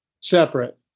separate